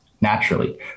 naturally